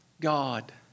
God